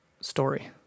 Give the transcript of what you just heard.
story